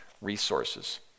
resources